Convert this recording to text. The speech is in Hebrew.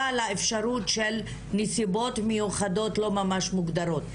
לאפשרות של "נסיבות מיוחדות" לא ממש מוגדרות.